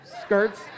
skirts